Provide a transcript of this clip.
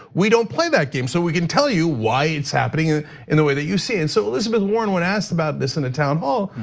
we don't play that game so we can tell you why it's happening and in the way that you see. and so elizabeth warren, when asked about this in the town hall,